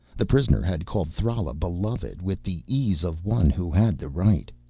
the prisoner had called thrala beloved with the ease of one who had the right.